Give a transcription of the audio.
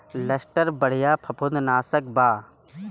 Luster बढ़िया फंफूदनाशक बा